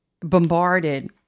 bombarded